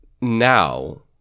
now